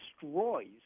destroys